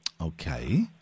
Okay